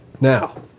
Now